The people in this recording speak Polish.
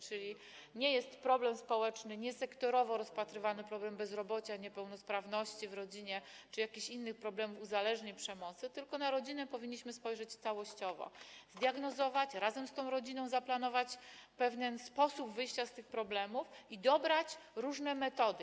Czyli nie konkretny problem społeczny, nie sektorowo rozpatrywany problem bezrobocia, niepełnosprawności w rodzinie czy jakichś uzależnień, przemocy, gdyż na rodziny powinniśmy spojrzeć całościowo, zdiagnozować, razem z tą rodziną zaplanować pewien sposób wyjścia z tych problemów i dobrać różne metody.